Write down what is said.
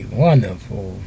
wonderful